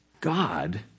God